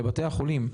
לבתי החולים,